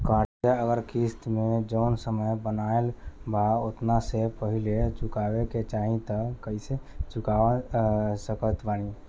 कर्जा अगर किश्त मे जऊन समय बनहाएल बा ओतना से पहिले चुकावे के चाहीं त कइसे चुका सकत बानी?